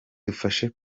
dufashe